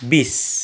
বিছ